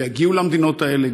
ויגיעו למדינות האלה,